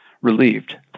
relieved